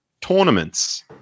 tournaments